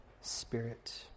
Spirit